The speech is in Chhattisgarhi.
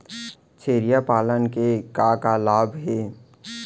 छेरिया पालन के का का लाभ हे?